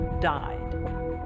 died